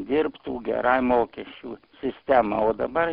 dirbtų gerai mokesčių sistema o dabar